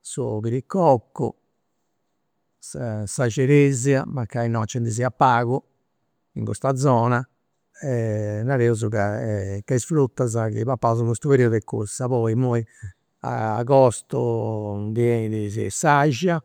su piricoccu, sa sa ceresia, mancai innoi nci ndi siat pagu, in custa zona, nareus ca che is frutas chi papaus in custu periudu est cussa, poi imui a agostu ndi 'enit s'axia